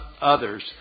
others